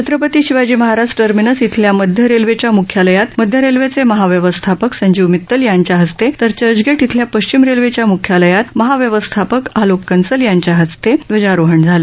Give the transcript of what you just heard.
Chhatrapati Shivaji Maharaj terminus इथल्या मध्य रेल्वेच्या मुख्यालयात मध्य रेल्वेचे महाव्यवस्थापक संजीव मित्तल यांच्या हस्ते तर चर्चगेट इथल्या पश्चीम रेल्वेच्या मुख्यालयात महाव्यवस्थापक आलोक कन्सल यांच्या हस्ते ध्वजारोहरण झाला